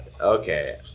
Okay